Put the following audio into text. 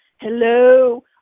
hello